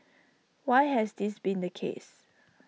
why has this been the case